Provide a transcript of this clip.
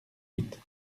huit